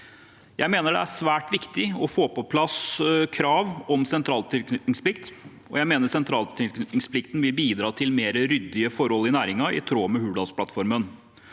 Jeg mener det er svært viktig å få på plass krav om sentraltilknytningsplikt. Jeg mener sentraltilknytningsplikten vil bidra til mer ryddige forhold i næringen, i tråd med Hurdalsplattformen,